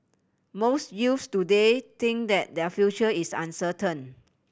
most youths today think that their future is uncertain